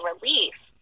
relief